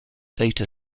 data